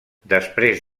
després